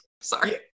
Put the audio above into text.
Sorry